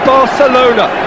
Barcelona